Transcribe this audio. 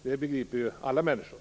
Det begriper ju alla människor.